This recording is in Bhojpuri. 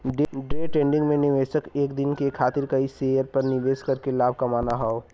डे ट्रेडिंग में निवेशक एक दिन के खातिर कई शेयर पर निवेश करके लाभ कमाना हौ